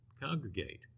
congregate